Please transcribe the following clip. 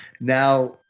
Now